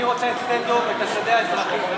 אני רוצה את שדה דב, את השדה האזרחי.